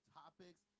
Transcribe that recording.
topics